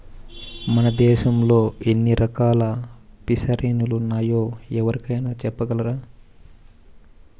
మన దేశంలో ఎన్ని రకాల ఫిసరీలున్నాయో ఎవరైనా చెప్పగలరా